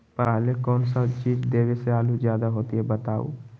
पहले कौन सा चीज देबे से आलू ज्यादा होती बताऊं?